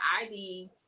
ID